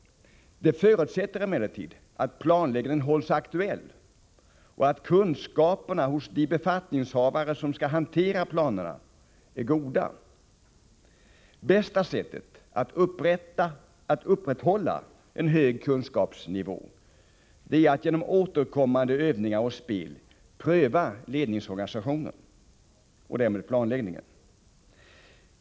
Det förutsätter emellertid att planläggningen hålls aktuell och att kunskaperna hos de befattningshavare som skall hantera planerna är goda. Bästa sättet att upprätthålla en hög kunskapsnivå är att genom återkommande övningar och spel pröva ledningsorganisationen och därmed planläggningen.